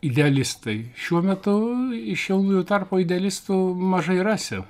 idealistai šiuo metu iš jaunųjų tarpo idealistų mažai rasi